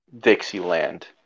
Dixieland